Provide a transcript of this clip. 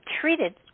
treated